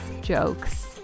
jokes